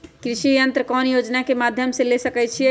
कृषि यंत्र कौन योजना के माध्यम से ले सकैछिए?